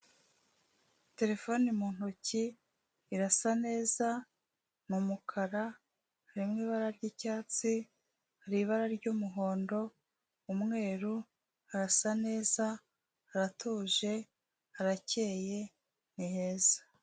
Terefone mu ntoki, irasa neza, n'umukara, irimo ibara ry'icyatsi, hari ibara ry'umuhondo, umweru, harasa neza, haratuje, harakeye, ni heza.